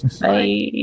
Bye